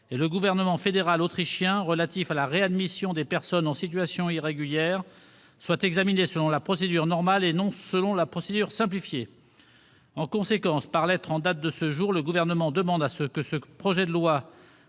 et le Gouvernement fédéral autrichien relatif à la réadmission des personnes en situation irrégulière soit examiné selon la procédure normale et non selon la procédure simplifiée. En conséquence, par lettre en date de ce jour, le Gouvernement demande que ce projet de loi,